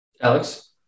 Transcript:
Alex